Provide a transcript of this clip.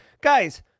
Guys